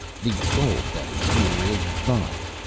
the gold that is here is thine,